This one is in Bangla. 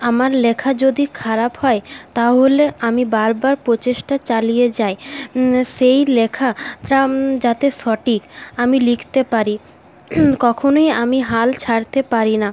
আমার লেখা যদি খারাপ হয় তাহলে আমি বারবার প্রচেষ্টা চালিয়ে যাই সেই লেখা যাতে সঠিক আমি লিখতে পারি কখনোই আমি হাল ছাড়তে পারি না